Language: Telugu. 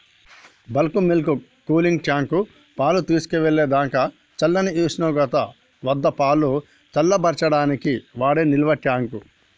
బల్క్ మిల్క్ కూలింగ్ ట్యాంక్, పాలు తీసుకెళ్ళేదాకా చల్లని ఉష్ణోగ్రత వద్దపాలు చల్లబర్చడానికి వాడే నిల్వట్యాంక్